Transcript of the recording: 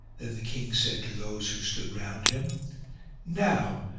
then the king said to those who stood round him now,